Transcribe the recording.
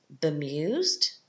bemused